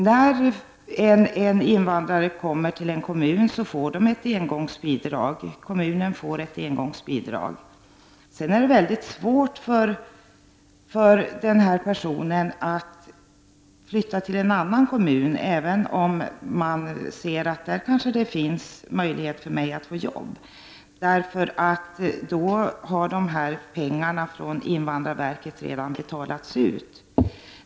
När en invandrare kommer till en kommun får kommunen ett engångsbidrag, och sedan är det mycket svårt för denna person att flytta till en annan kommun, även om han kanske har möjlighet att få jobb där, då pengarna från invandrarverket redan har betalats ut.